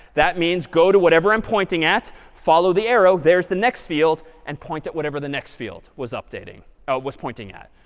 that means go to whatever i'm pointing at, follow the arrow. there's the next field and point at whatever the next field was pointing ah was pointing at.